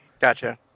Gotcha